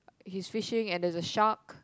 hie's fishing and there's a shark